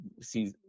see